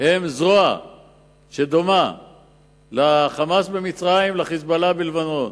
זרוע שדומה ל"חמאס" במצרים ול"חיזבאללה" בלבנון.